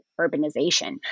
urbanization